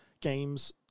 games